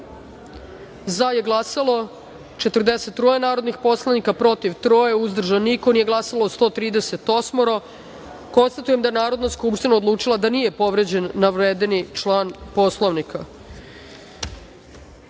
za - 43 narodnih poslanika, protiv - troje, uzdržan - niko, nije glasalo 138.Konstatujem da je Narodna skupština odlučila da nije povređen navedeni član Poslovnika. Pošto